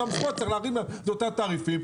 צריך להרים את התעריפים.